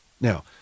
Now